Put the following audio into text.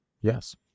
Yes